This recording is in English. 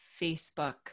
Facebook